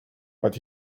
but